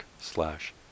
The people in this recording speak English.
slash